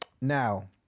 Now